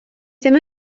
ddim